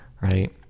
Right